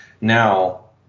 Now